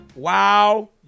Wow